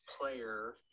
player